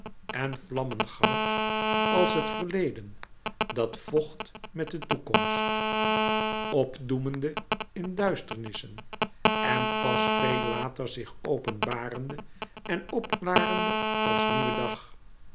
en vlammengoud als het verleden dat vocht met de toekomst opdoemende in duisternissen en pas veel later zich openbarende en opklarende als nieuwe dag